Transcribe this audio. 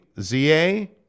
Z-A